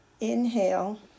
inhale